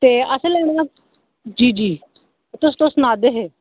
ते असें लैना जी जी तुस तुस सना दे हे